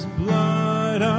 blood